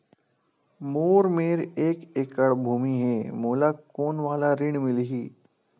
मोर मेर एक एकड़ भुमि हे मोला कोन वाला ऋण मिलही?